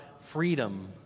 freedom